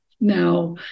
now